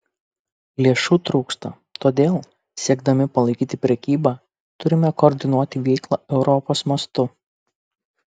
lėšų trūksta todėl siekdami palaikyti prekybą turime koordinuoti veiklą europos mastu